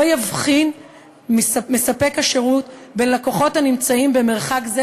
לא יבחין מספק השירות בין לקוחות הנמצאים במרחק זה